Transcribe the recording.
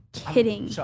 kidding